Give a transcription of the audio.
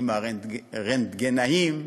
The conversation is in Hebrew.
עם הרנטגנאים,